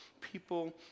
People